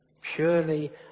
Purely